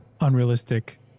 unrealistic